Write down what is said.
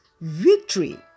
victory